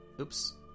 oops